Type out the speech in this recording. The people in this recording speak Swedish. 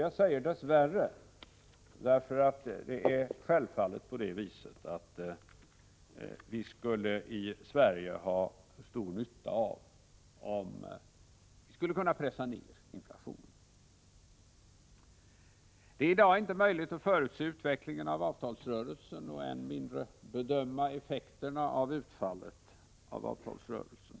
Jag säger dess värre, därför att det är självfallet så att vi i Sverige skulle ha stor nytta av att inflationen pressades ned. Det är i dag inte möjligt att förutse utvecklingen av avtalsrörelsen och än mindre att bedöma de samhällsekonomiska effekterna av utfallet av lönerörelsen.